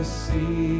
see